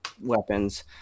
weapons